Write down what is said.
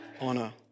honor